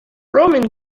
roman